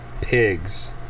pigs